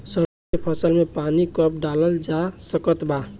सरसों के फसल में पानी कब डालल जा सकत बा?